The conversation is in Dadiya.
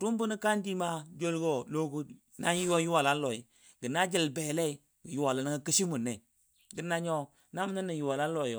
dʊʊm bəno ka di ma joul go nan yuwa yuwa loi na jil belei yuwalo nəngo kishimun nai gə nanyo na mʊnə yuwala lɔi